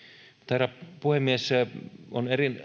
herra puhemies on